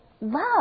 love